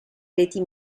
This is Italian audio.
reti